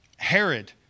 Herod